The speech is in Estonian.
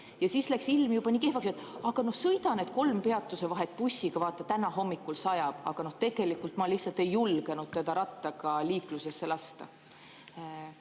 Ja siis läks ilm juba nii kehvaks, et: "Aga sõida need kolm peatusevahet bussiga, vaata, täna hommikul sajab." Aga tegelikult ma lihtsalt ei julgenud teda rattaga liiklusesse lasta.